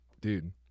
dude